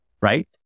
right